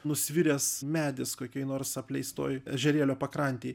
nusviręs medis kokioj nors apleistoj ežerėlio pakrantėj